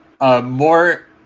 more